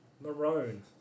maroon